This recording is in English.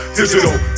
Digital